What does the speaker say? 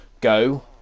go